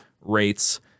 rates